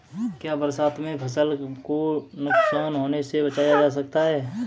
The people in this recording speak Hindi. क्या बरसात में फसल को नुकसान होने से बचाया जा सकता है?